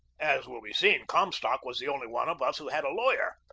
as will be seen, cornstalk was the only one of us who had a lawyer.